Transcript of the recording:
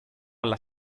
alla